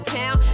town